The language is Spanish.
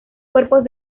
cuerpos